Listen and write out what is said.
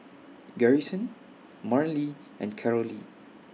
Garrison Marlen and Carolee